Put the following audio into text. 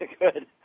Good